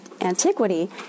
antiquity